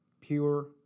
pure